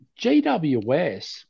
GWS